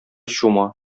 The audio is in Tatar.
чума